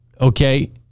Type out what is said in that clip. okay